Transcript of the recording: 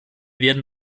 werden